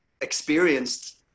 experienced